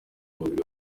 babiri